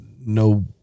no